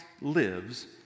lives